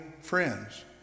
friends